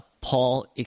Paul